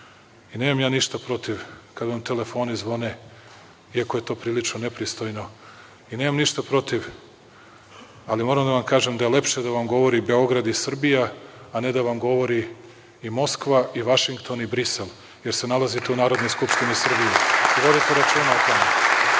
svetu. Nemam ja ništa protiv kada vam telefoni zvone, iako je to prilično nepristojno. Nemam ništa protiv, ali moram da vam kažem da je lepše da vam govori Beograd i Srbija, a ne da vam govori i Moskva i Vašington i Brisel, jer se nalazite u Narodnoj skupštini Srbije i vodite računa o